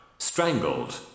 strangled